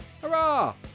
Hurrah